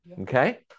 Okay